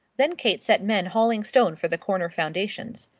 then kate set men hauling stone for the corner foundations.